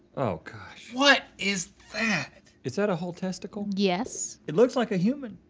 oh gosh. what is that? is that a whole testicle? yes. it looks like a human.